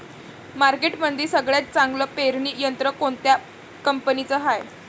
मार्केटमंदी सगळ्यात चांगलं पेरणी यंत्र कोनत्या कंपनीचं हाये?